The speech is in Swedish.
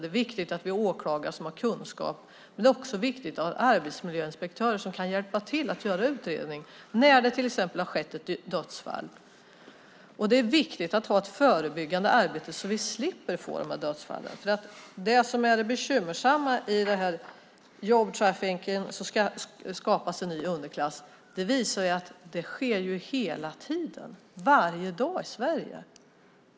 Det är viktigt att vi har åklagare som har kunskap, och det är också viktigt att ha arbetsmiljöinspektörer som kan hjälpa till att göra utredning när det till exempel har skett ett dödsfall. Det är viktigt att ha ett förebyggande arbete så att vi slipper få de här dödsfallen. Det som är det bekymmersamma i Jobbtrafficking - Så skapas en ny underklass är att det visar att det sker hela tiden, varje dag i Sverige.